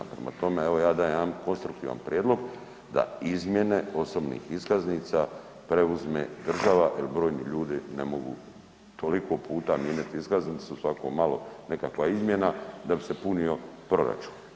Prema tome evo ja dajem jedan konstruktivan prijedlog da izmjene osobnih iskaznica preuzme država jer brojni ljudi ne mogu toliko puta mijenjati iskaznicu, svako malo nekakva izmjena da bi se punio proračun.